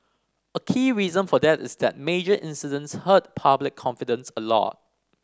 a key reason for that is that major incidents hurt public confidence a lot